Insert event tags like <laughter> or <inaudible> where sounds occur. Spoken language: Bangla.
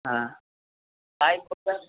হ্যাঁ <unintelligible>